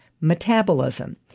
metabolism